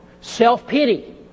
Self-pity